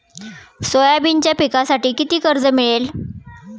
सोयाबीनच्या पिकांसाठी किती कर्ज मिळेल?